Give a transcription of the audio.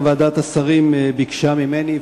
גם ועדת השרים ביקשה ממני,